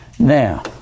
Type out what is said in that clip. Now